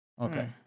Okay